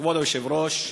כבוד היושב-ראש,